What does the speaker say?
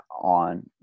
on